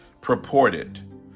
purported